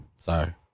sorry